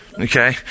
Okay